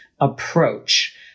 approach